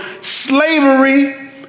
slavery